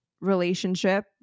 relationship